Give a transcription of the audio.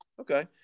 Okay